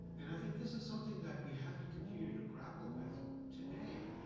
and i think this is something that we have to continue to grapple with today.